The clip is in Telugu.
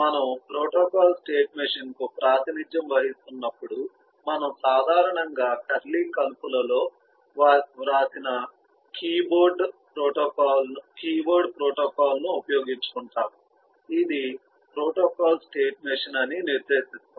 మనము ప్రోటోకాల్ స్టేట్ మెషీన్కు ప్రాతినిధ్యం వహిస్తున్నప్పుడు మనము సాధారణంగా కర్లీ కలుపు లలో వ్రాసిన కీవర్డ్ ప్రోటోకాల్ను ఉపయోగించుకుంటాము ఇది ప్రోటోకాల్ స్టేట్ మెషీన్ అని నిర్దేశిస్తుంది